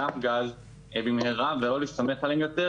גם גז במהרה ולא להסתמך עליהם יותר,